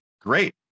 great